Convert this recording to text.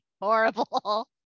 horrible